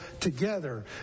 together